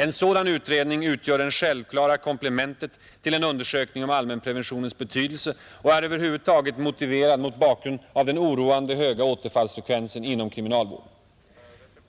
En sådan utredning utgör det självklara komplementet till en undersökning om allmänpreventionens betydelse och är över huvud taget motiverad mot bakgrund av den oroande höga återfallsfrekvensen inom kriminalvården.